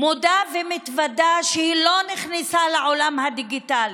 מודה ומתוודה שהיא לא נכנסה לעולם הדיגיטלי.